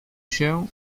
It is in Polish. się